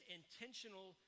intentional